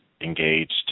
engaged